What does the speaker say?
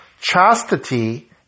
Chastity